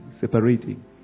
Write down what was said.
separating